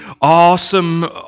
awesome